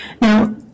Now